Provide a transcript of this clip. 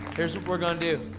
here's what we're gonna do.